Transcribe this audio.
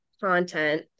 content